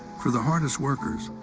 for the hardest workers,